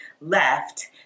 left